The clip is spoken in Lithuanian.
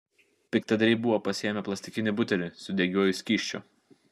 piktadariai buvo pasiėmę plastikinį butelį su degiuoju skysčiu